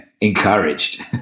encouraged